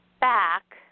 back